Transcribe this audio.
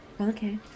Okay